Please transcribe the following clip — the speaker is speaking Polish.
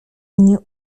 nie